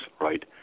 right